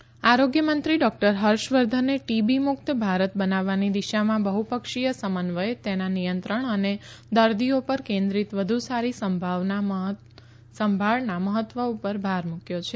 વર્ધન TB આરોગ્યમંત્રી doctor ફર્ષવર્ધને TB મુક્ત ભારત બનાવવાની દિશામાં બહ્પક્ષીય સમન્વય તેના નિયંત્રણ અને દર્દીઓ પર કેન્દ્રીત વધુ સારી સંભાળના મહત્વ પર ભાર આપ્યો છે